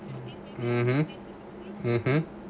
mmhmm